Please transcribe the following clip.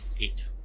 Eight